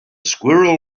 squirrel